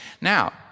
Now